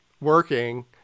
working